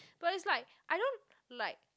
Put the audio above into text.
but it's like I don't like